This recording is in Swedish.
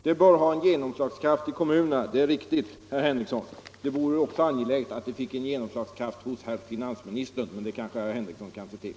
Det bör ha genomslagskraft i kommunerna — det är riktigt, herr Henrikson. Det vore också angeläget att det fick genomslagskraft hos herr finansministern, och det kanske herr Henrikson kan se till.